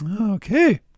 Okay